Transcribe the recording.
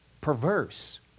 perverse